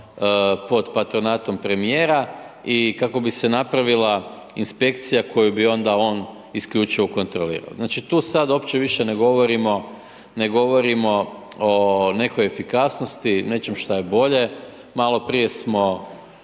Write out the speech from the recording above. pod patronatom premijera i kako bi se napravila inspekcija koju bi onda on isključivo kontrolirao. Znači, tu sad uopće više ne govorimo, ne govorimo o nekoj efikasnosti, nečem šta je bolje, malo prije smo,